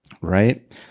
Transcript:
right